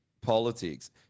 politics